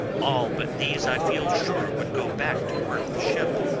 all but these i feel sure would go back to work the ship.